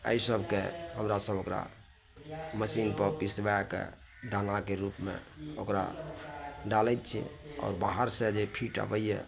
एहि सबके हमरा सब ओकरा मशीन पर पीसबाके दानाके रूपमे ओकरा डालै छियै आ बाहर से जे फीट अबैए